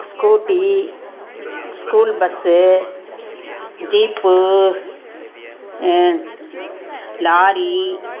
scooty school bus jeep lorry